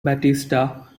batista